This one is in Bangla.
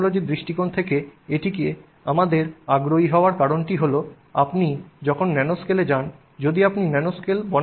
ন্যানোটেকনোলজির দৃষ্টিকোণ থেকে এটিতে আমাদের আগ্রহী হওয়ার কারণটি হল আপনি যখন ন্যানোস্কেলে যান